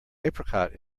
apricot